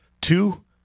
Two